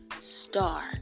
star